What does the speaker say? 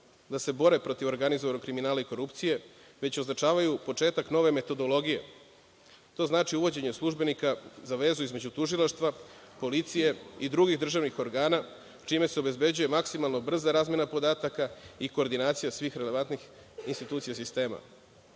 da se bore protiv organizovanog kriminala i korupcije, već označavaju početak nove metodologije. To znači uvođenje službenika za vezu između tužilaštva, policije, i drugih državnih organa, čime se obezbeđuje maksimalno brza razmena podataka i koordinacija svih relevantnih institucija sistema. Uvodi